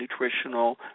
nutritional